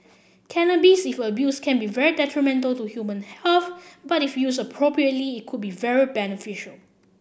cannabis if abused can be very detrimental to human health but if used appropriately it could be very beneficial